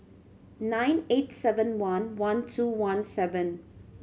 nine eight seven one one two one seven